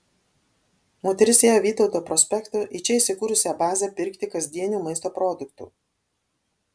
moteris ėjo vytauto prospektu į čia įsikūrusią bazę pirkti kasdienių maisto produktų